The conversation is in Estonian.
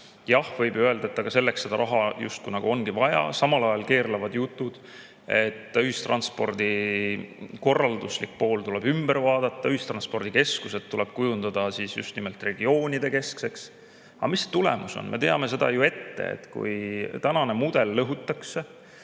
Jah, võib ju öelda, et aga selleks seda raha justkui ongi vaja. Samal ajal keerlevad jutud, et ühistranspordi korralduslik pool tuleb ümber vaadata, ühistranspordikeskused tuleb kujundada just nimelt regioonidekeskseks. Aga mis on tulemus? Me teame seda ju ette, et kui tänane mudel lõhutakse